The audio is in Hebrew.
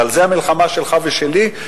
ועל זה המלחמה שלך ושלי,